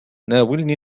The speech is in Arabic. ناولني